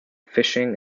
fishing